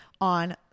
on